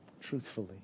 truthfully